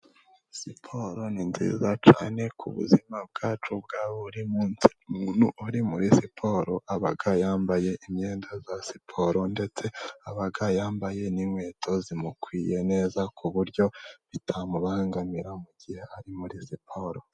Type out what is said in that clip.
Siporo ni nziza cyane ku buzima bwacu bwa buri munsi, umuntu uri muri siporo aba yambaye imyenda ya siporo, ndetse aba yambaye n'inkweto zimukwiye neza, ku buryo bitamubangamira mu mugihe ari muri siporo.